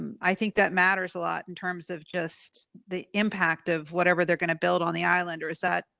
i think that matters a lot in terms of just the impact of whatever they're going to build on the island or is that.